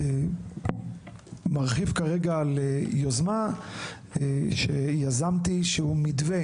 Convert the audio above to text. אני מרחיב כרגע על יוזמה שיזמתי שהוא מתווה